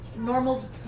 Normal